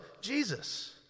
Jesus